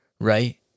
right